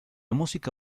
música